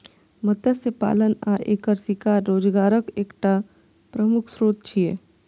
मत्स्य पालन आ एकर शिकार रोजगारक एकटा प्रमुख स्रोत छियै